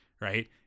right